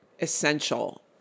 essential